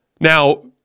Now